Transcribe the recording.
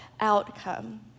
outcome